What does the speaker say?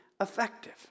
effective